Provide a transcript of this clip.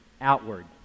outward